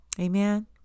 Amen